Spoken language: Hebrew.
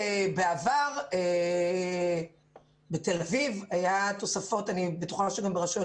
בעבר בתל אביב היו תוספות אני בטוחה שגם ברשויות